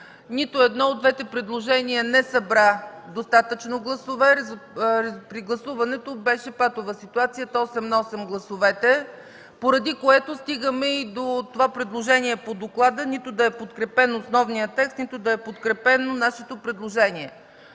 Нито едно от двете предложения не събра достатъчно гласове. При гласуването беше патова ситуацията – осем на осем, поради което стигаме и до това предложение по доклада – нито да е подкрепен основният текст, нито да е подкрепено нашето предложение.